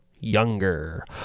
younger